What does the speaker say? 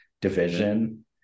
division